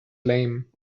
lame